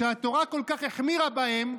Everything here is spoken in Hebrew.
שהתורה כל כך החמירה בהם,